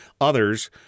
others